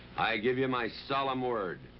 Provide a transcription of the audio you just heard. give you my solemn word.